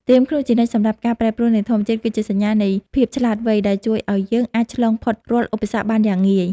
ត្រៀមខ្លួនជានិច្ចសម្រាប់ការប្រែប្រួលនៃធម្មជាតិគឺជាសញ្ញានៃភាពឆ្លាតវៃដែលជួយឱ្យយើងអាចឆ្លងផុតរាល់ឧបសគ្គបានយ៉ាងងាយ។